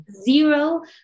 Zero